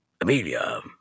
Amelia